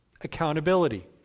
Accountability